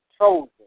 chosen